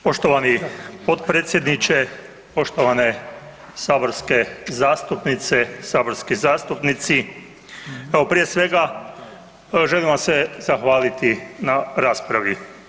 Poštovani potpredsjedniče, poštovane saborske zastupnice i saborski zastupnici, evo prije svega želim vam se zahvaliti na raspravi.